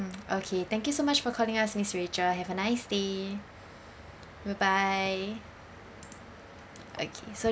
mm okay thank you so much for calling us miss rachel have a nice day bye bye okay so